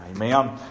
Amen